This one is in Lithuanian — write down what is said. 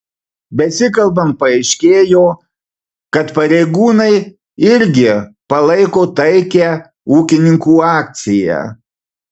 besikalbant paaiškėjo kad pareigūnai irgi palaiko taikią ūkininkų akciją